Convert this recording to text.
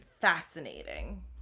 fascinating